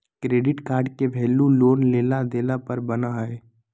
credit card के value loan लेला देला पर बना हइ